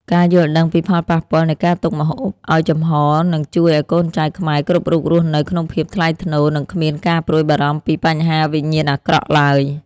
ការយល់ដឹងពីផលប៉ះពាល់នៃការទុកម្ហូបឱ្យចំហរនឹងជួយឱ្យកូនចៅខ្មែរគ្រប់រូបរស់នៅក្នុងភាពថ្លៃថ្នូរ និងគ្មានការព្រួយបារម្ភពីបញ្ហាវិញ្ញាណអាក្រក់ឡើយ។